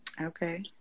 Okay